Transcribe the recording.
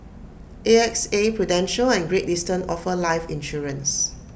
A X A prudential and great eastern offer life insurance